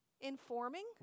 informing